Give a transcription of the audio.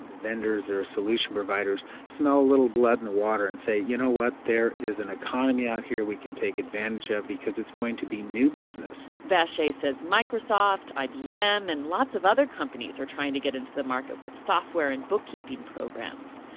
vendors or solution providers smell a little blood in the water and say you know what, there is an economy out here we can take advantage of because its going to be new business. vache says microsoft, ibm and lots of other companies are all trying to get into the market with software and bookkeeping programs.